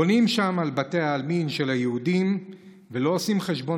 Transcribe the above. בונים שם על בתי העלמין של היהודים ולא עושים חשבון